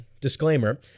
disclaimer